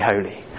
holy